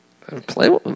Play